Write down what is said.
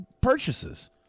purchases